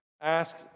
ask